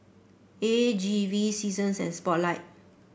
A G V Seasons and Spotlight